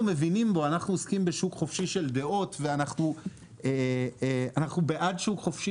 מבינים בו בתחום התוכן המקורי יוביל